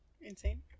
insane